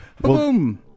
Boom